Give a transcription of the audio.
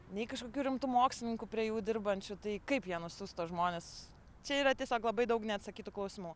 nei kažkokių rimtų mokslininkų prie jų dirbančių tai kaip vienus siųs tuos žmones čia yra tiesiog labai daug neatsakytų klausimų